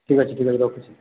ଠିକ୍ ଅଛି ଠିକ୍ ଅଛି ରଖୁଛି